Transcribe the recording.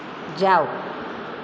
જાવ